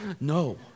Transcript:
No